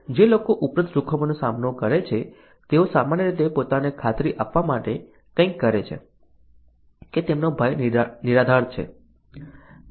જે લોકો ઉપરોક્ત જોખમોનો સામનો કરે છે તેઓ સામાન્ય રીતે પોતાને ખાતરી આપવા માટે કંઈક કરે છે કે તેમનો ભય નિરાધાર છે